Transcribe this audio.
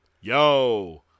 Yo